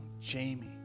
Jamie